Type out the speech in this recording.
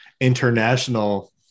international